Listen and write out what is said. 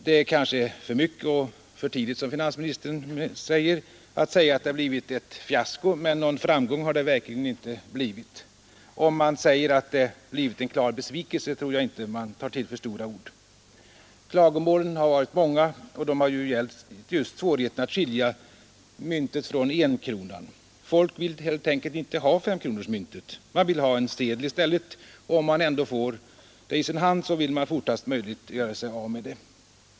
Det kanske är för mycket — och för tidigt, som finansministern säger — att påstå att det blivit ett fiasko, men någon framgång har det verkligen inte blivit. Om man säger att det blivit en klar besvikelse, tror jag inte man tar till för stora ord. Klagomålen har varit många, och de har gällt just svårigheten att skilja myntet från enkronan. Folk vill helt enkelt inte ha femkronorsmyntet. Man vill ha en sedel i stället, och om man ändå får det i sin hand vill man fortast möjligt göra sig av med det.